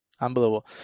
Unbelievable